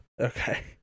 Okay